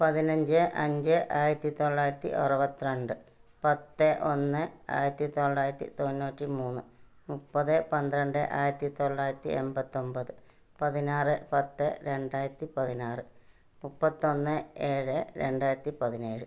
പതിനഞ്ച് അഞ്ച് ആയിരത്തി തൊള്ളായിരത്തി അറുപത്ത്രണ്ട് പത്ത് ഒന്ന് ആയിരത്തി തൊള്ളായിരത്തി തൊണ്ണൂറ്റി മൂന്ന് മുപ്പത് പന്ത്രണ്ട് ആയിരത്തി തൊള്ളായിരത്തി എൺപത്തൊൻപത് പതിനാറ് പത്ത് രണ്ടായിരത്തി പതിനാറ് മുപ്പത്തൊന്ന് ഏഴ് രണ്ടായിരത്തി പതിനേഴ്